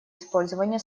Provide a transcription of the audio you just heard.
использования